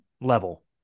level